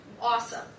Awesome